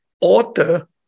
author